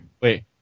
Wait